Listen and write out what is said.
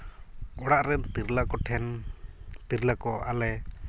ᱚᱲᱟᱜ ᱨᱮ ᱛᱤᱨᱞᱟᱹ ᱠᱚᱴᱷᱮᱱ ᱛᱤᱨᱞᱟᱹ ᱠᱚ ᱟᱞᱮ